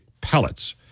pellets